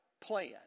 plan